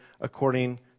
according